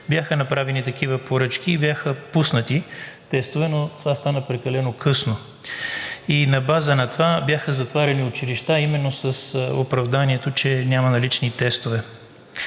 бяха направени такива поръчки и бяха пуснати тестове, но това стана прекалено късно и на база на това бяха затваряни училища именно с оправданието, че няма налични тестове.